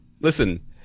Listen